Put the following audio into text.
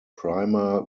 prima